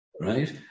right